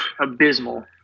Abysmal